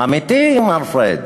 אמיתי, מר פריג'?